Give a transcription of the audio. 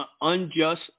unjust